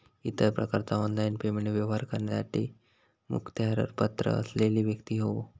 इतर प्रकारचा online payment व्यवहार करण्यासाठी मुखत्यारपत्र असलेलो व्यक्ती होवो